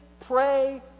pray